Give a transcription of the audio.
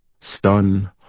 stun